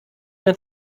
mehr